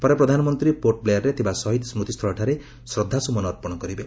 ପରେ ପ୍ରଧାନମନ୍ତ୍ରୀ ପୋର୍ଟବ୍ଲେୟାର୍ରେ ଥିବା ଶହୀଦ ସ୍କତିସ୍ଥଳଠାରେ ଶ୍ରଦ୍ଧାସୁମନ ଅର୍ପଣ କରିବେ